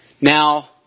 now